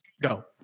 Go